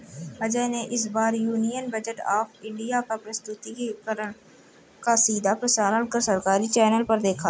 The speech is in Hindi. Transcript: अजय ने इस बार यूनियन बजट ऑफ़ इंडिया का प्रस्तुतिकरण का सीधा प्रसारण सरकारी चैनल पर देखा